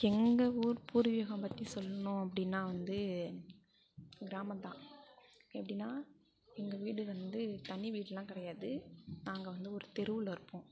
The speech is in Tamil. எங்கள் ஊர் பூர்வீகம் பற்றி சொல்லணும் அப்படினா வந்து கிராமம்தான் எப்படின்னா எங்கள் வீடு வந்து தனி வீட்லாம் கிடையாது நாங்கள் வந்து ஒரு தெருவில் இருக்கோம்